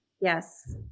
Yes